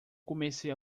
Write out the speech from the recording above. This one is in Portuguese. comecei